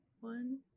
One